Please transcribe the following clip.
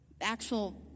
actual